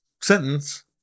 sentence